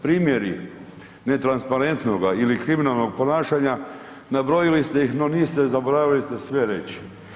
Primjeri netransparentnoga ili kriminalnog ponašanja, nabrojili ste ih no niste, zaboravili ste sve reć.